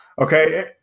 Okay